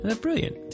Brilliant